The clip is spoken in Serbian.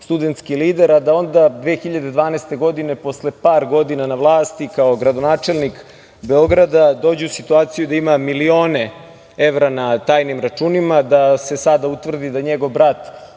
studenski lider, a da onda 2012. godine, posle par godina na vlasti, kao gradonačelnik Beograda dođe u situaciju da ima milione evra na tajnim računima, da se sada utvrdi da njegov brat